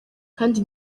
kandi